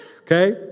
okay